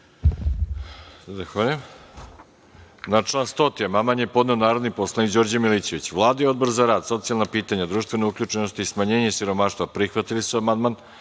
Na član 118. amandman je podneo narodni poslanik Đorđe Milićević. Vlada i Odbor za rad, socijalna pitanja, društvenu uključenost i smanjenje siromaštva prihvatili su amandman,